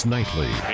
Nightly